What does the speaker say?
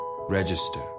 register